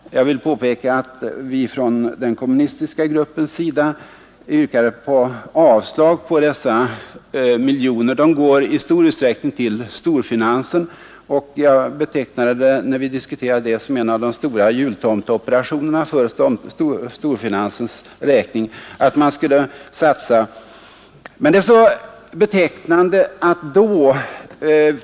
Jag vill påpeka att vi från den kommunistiska gruppens sida yrkade avslag på dessa miljoner. De går i stor utsträckning till storfinansen, och när vi diskuterade det anslaget, betecknade jag det som en av de stora jultomteoperationerna för storfinansens räkning. Men det är så betecknande hur det gick till.